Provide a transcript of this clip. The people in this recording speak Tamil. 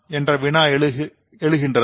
என்ற வினா எழுகின்றது